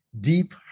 deep